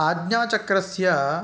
आज्ञाचक्रस्य